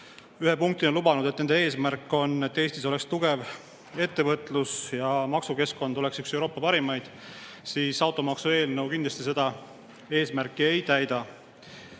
punktis lubanud, et nende eesmärk on, et Eestis oleks tugev ettevõtlus ja maksukeskkond oleks üks Euroopa parimaid. Automaksu eelnõu seda eesmärki kindlasti